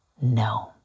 no